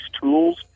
tools